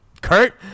Kurt